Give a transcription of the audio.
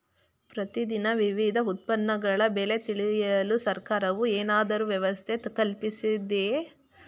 ಪ್ರತಿ ದಿನ ವಿವಿಧ ಉತ್ಪನ್ನಗಳ ಬೆಲೆ ತಿಳಿಯಲು ಸರ್ಕಾರವು ಏನಾದರೂ ವ್ಯವಸ್ಥೆ ಕಲ್ಪಿಸಿದೆಯೇ?